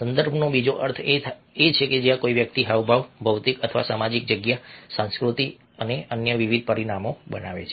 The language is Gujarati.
સંદર્ભનો બીજો ભાગ એ છે કે જ્યાં કોઈ વ્યક્તિ હાવભાવ ભૌતિક અથવા સામાજિક જગ્યા સંસ્કૃતિ અને અન્ય વિવિધ પરિમાણો બનાવે છે